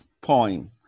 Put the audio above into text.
point